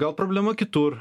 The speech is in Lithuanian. gal problema kitur